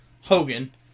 Hogan